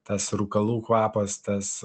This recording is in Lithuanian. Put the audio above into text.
tas rūkalų kvapas tas